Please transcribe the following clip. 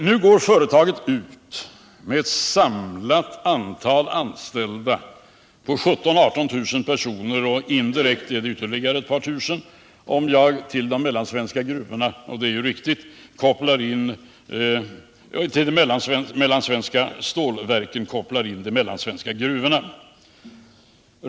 Nu går företaget ut med ett antal anställda på totalt 17 000-18 000 personer. Indirekt är det ytterligare ett par tusen, om jag, och det är ju riktigt, till de mellansvenska stålverken lägger de mellansvenska gruvorna.